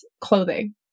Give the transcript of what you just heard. clothing